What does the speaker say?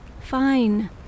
Fine